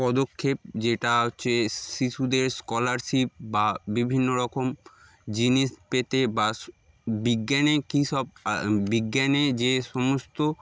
পদক্ষেপ যেটা হচ্ছে শিশুদের স্কলারশিপ বা বিভিন্ন রকম জিনিস পেতে বা বিজ্ঞানে যে সব বিজ্ঞানে যে সমস্ত